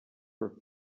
for